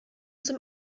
zum